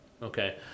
Okay